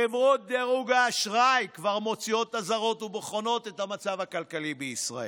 חברות דירוג האשראי כבר מוציאות אזהרות ובוחנות את המצב הכלכלי בישראל,